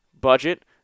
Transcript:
budget